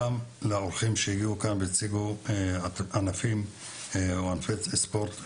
גם לאורחים שהציגו ענפי ספורט נקודתיים.